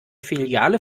filiale